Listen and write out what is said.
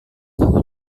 tahu